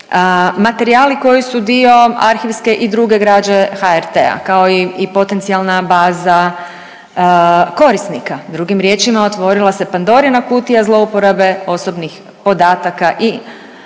materijali koji su dio arhivske i druge građe HRT-a kao i potencijalna baza korisnika. Drugim riječima, otvorila se Pandorina kutija zlouporabe osobnih podataka i